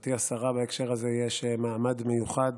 לגברתי השרה, בהקשר הזה, יש מעמד מיוחד,